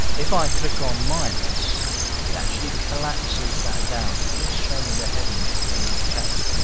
if i click on minus it actually collapses that down to just show me the headings within that chapter.